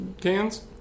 cans